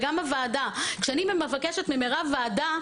וגם בוועדה - כשאני מבקשת ממירב ועדה,